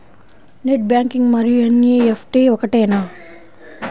Net banking మరియు NEFT ఒకటేనా?